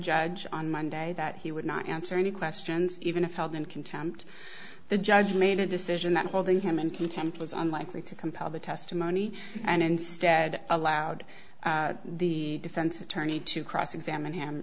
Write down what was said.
judge on monday that he would not answer any questions even if held in contempt the judge made a decision that holding him in contempt was unlikely to compel the testimony and instead allowed the defense attorney to cross examine h